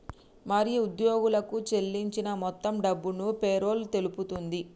మరి ఉద్యోగులకు సేల్లించిన మొత్తం డబ్బును పేరోల్ తెలుపుతుంది